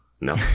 No